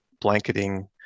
blanketing